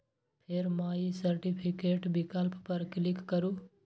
फेर माइ सर्टिफिकेट विकल्प पर क्लिक करू